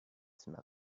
smell